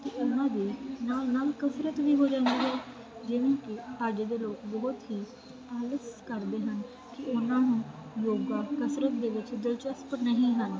ਨਾਲ ਨਾਲ ਕਸਰਤ ਵੀ ਹੋ ਜਾਂਦੀ ਜਿਵੇਂ ਅੱਜ ਦੇ ਬਹੁਤ ਹੀ ਕਰਦੇ ਹਨ ਕਿ ਉਹਨਾਂ ਨੂੰ ਯੋਗਾ ਕਸਰਤ ਦੇ ਵਿੱਚ ਦਿਲਚਸਪ ਨਹੀਂ ਹਨ ਕਿ